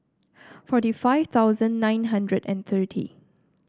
forty five thousand nine hundred and thirty